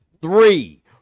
three